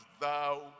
thou